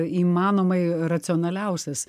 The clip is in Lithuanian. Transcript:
įmanomai racionaliausias